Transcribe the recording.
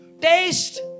Taste